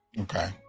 okay